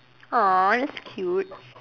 !aww! that's cute